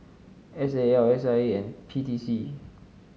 S A L S I A and P T C